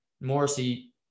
Morrissey